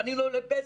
פנינו לבזק,